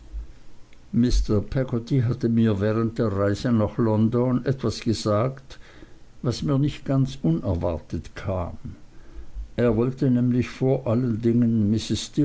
peggotty hatte mir während der reise nach london etwas gesagt was mir nicht ganz unerwartet kam er wollte nämlich vor allen dingen